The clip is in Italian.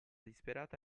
disperata